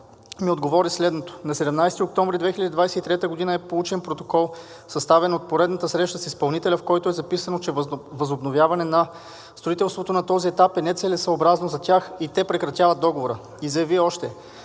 ми отговори следното: „На 17 октомври 2023 г. е получен протокол, съставен от поредната среща с изпълнителя, в който е записано, че възобновяване на строителството на този етап е нецелесъобразно за тях и те прекратяват договора.“ И заяви още: